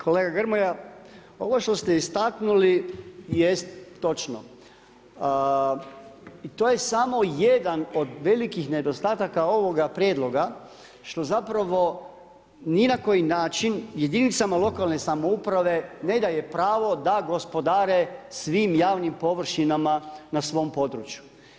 Kolega Grmoja, ovo što ste istaknuli jest točno i to je samo jedan od velikih nedostataka ovoga prijedloga što zapravo ni na koji način jedinicama lokalne samouprave ne daje pravo da gospodare svim javnim površinama na svom području.